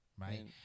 right